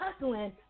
hustling